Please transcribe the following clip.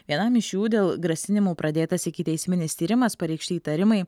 vienam iš jų dėl grasinimų pradėtas ikiteisminis tyrimas pareikšti įtarimai